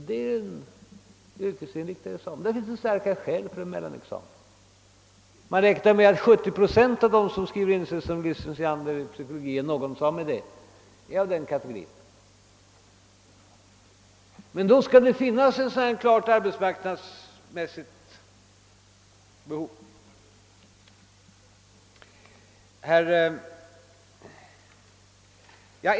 Det finns starka skäl för en yrkesinriktad mellanexamen på det området. Man räknar med att 70 procent av dem som skriver in sig som licentiander i psykologi hör till den yrkesinriktade kategorin. Men det måste, som sagt, föreligga ett klart arbetsmarknadsmässigt behov.